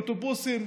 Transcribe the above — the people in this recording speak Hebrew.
אוטובוסים,